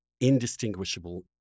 indistinguishable